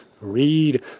Read